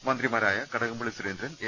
മന്ത്രിമാരായ Kadakampally Surendran A